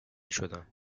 شدم